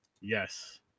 Yes